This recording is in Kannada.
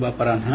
ಶುಭ ಅಪರಾಹ್ನ